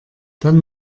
dann